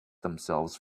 themselves